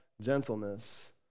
gentleness